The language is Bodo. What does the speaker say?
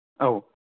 औ